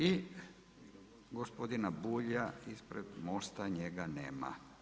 I gospodina Bulja ispred Mosta, njega nema.